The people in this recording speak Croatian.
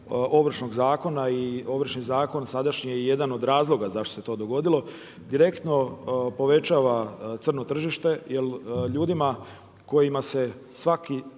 Ovršnog zakona i Ovršni zakon sadašnji je jedan od razloga zašto se to dogodilo direktno povećava crno tržište. Jer ljudima kojima se svaki